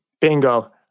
Bingo